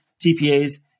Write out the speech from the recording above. TPAs